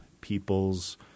people's